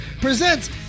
presents